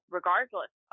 regardless